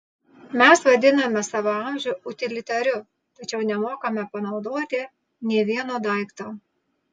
mes vadiname savo amžių utilitariu tačiau nemokame panaudoti nė vieno daikto